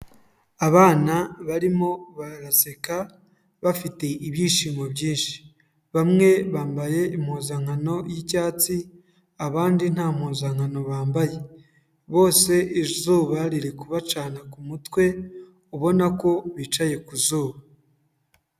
Abana barimo baraseka bafite ibyishimo byinshi, bamwe bambaye impuzankano y'icyatsi, abandi nta mpuzankano bambaye, bose izuba riri kubacana ku mutwe, ubona ko bicaye ku zuba.